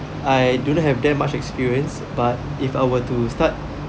I don't have that much experience but if I were to start